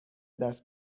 دست